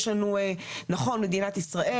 נכון מדינת ישראל,